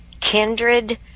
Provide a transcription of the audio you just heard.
Kindred